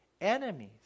enemies